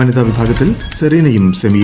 വനിതാ വിഭാഗത്തിൽ സെറീനയും സെമിയിൽ